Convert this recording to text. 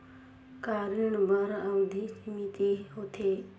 का ऋण बर अवधि सीमित होथे?